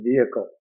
vehicle